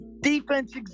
Defense